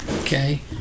okay